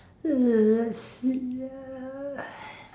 l~ let's see ah